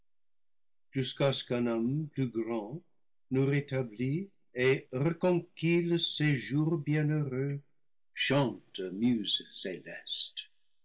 jusqu'à ce qu'un homme plus grand nous rétablît et reconquît le séjour bienheureux chante muse céleste